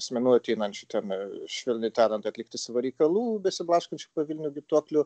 asmenų ateinančių ten švelniai tariant atlikti savo reikalų besiblaškančių po vilnių girtuoklių